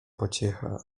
pociecha